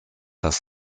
das